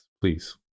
Please